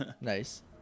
Nice